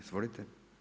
Izvolite.